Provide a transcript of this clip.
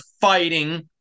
fighting